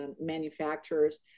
manufacturers